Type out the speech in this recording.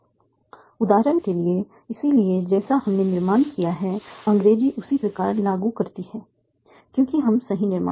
उदाहरण के लिए इसलिए जैसा हमने निर्माण किया है अंग्रेजी उसी प्रकार लागू करती है क्योंकि हम सही निर्माण कर रहे हैं